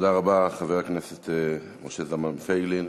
תודה רבה, חבר הכנסת משה זלמן פייגלין.